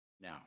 Now